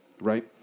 Right